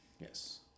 Yes